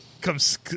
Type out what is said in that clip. Comes